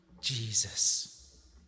jesus